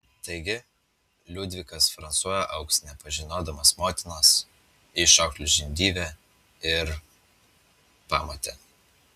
taigi liudvikas fransua augs nepažinodamas motinos jį išauklės žindyvė ir pamotė